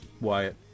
Wyatt